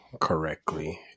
correctly